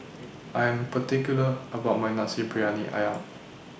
I Am particular about My Nasi Briyani Ayam